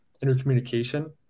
intercommunication